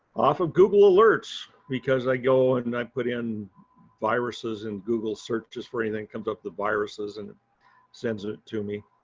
off of google alerts because i go and and i put in viruses and google searches for anything comes up the viruses and sends it to me.